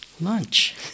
Lunch